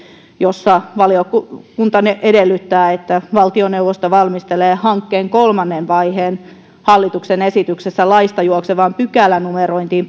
jossa valiokunta edellyttää että valtioneuvosto valmistelee hankkeen kolmannen vaiheen hallituksen esityksessä laista juoksevaan pykälänumerointiin